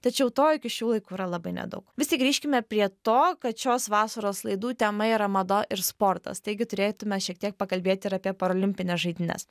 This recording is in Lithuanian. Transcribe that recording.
tačiau to iki šių laikų yra labai nedaug vis tik grįžkime prie to kad šios vasaros laidų tema yra mada ir sportas taigi turėtume šiek tiek pakalbėti ir apie paralimpines žaidynes